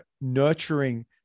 nurturing